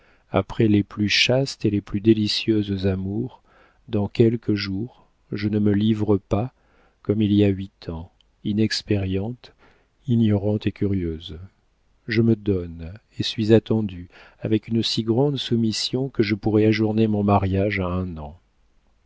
après les plus chastes et les plus délicieuses amours dans quelques jours je ne me livre pas comme il y a huit ans inexpériente ignorante et curieuse je me donne et suis attendue avec une si grande soumission que je pourrais ajourner mon mariage à un an